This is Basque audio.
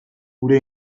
gure